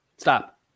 stop